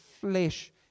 flesh